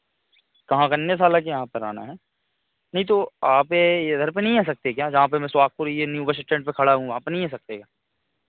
कहाँ कन्या साला की यहाँ पर आना है नहीं तो आप यह इधर पर नहीं आ सकते क्या जहाँ पर मैं सुहागपुर यह न्यू बस स्टैंड पर खड़ा हूँ वहाँ पर नहीं आ सकते क्या